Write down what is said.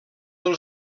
del